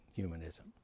humanism